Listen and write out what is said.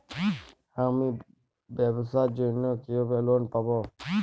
আমি ব্যবসার জন্য কিভাবে লোন পাব?